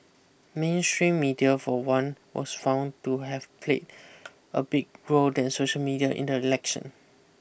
mainstream media for one was found to have played a big role than social media in the election